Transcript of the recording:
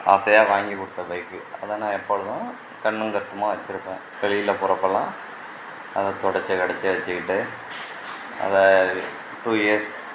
ஆசையாக வாங்கிக்கொடுத்த பைக்கு அதுதான் நன் எப்பொழுதும் கண்ணும் கருத்துமாக வைச்சிருப்பேன் வெளியில் போகிறப்பெல்லாம் அதை துடச்சி கெடச்சி வச்சுக்கிட்டு அதை டூ இயர்ஸ்